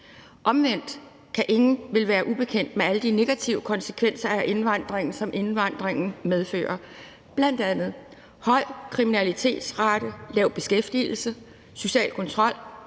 Omvendt kan ingen vel være ubekendt med alle de negative konsekvenser, som indvandringen medfører, bl.a. høj kriminalitetsrate, lav beskæftigelse, social kontrol,